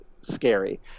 scary